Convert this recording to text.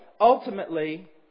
ultimately